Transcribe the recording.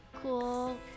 cool